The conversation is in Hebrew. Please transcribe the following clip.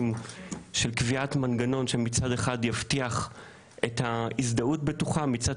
של קביעת מנגנון שמצד אחד יבטיח את ההזדהות הבטוחה ומצד